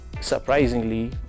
surprisingly